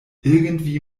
irgendwie